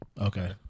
okay